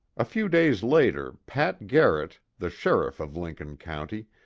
a few days later, pat garrett, the sheriff of lincoln county,